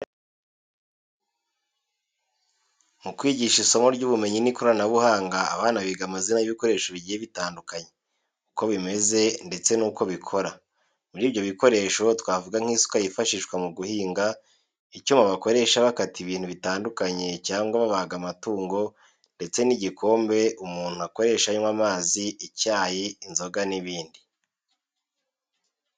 Mu kwigisha isomo ry'ubumenyi n'ikoranabuhanga, abana biga amazina y'ibikoresho bigiye bitandukanye, uko biba bimeze ndetse n'uko bikora. Muri ibyo bikoresho twavuga nk'isuka yifashishwa mu guhinga, icyuma bakoresha bakata ibintu bitandukanye cyangwa babaga amatungo ndetse n'igikombe umuntu akoresha anywa amazi, icyayi, inzoga n'ibindi.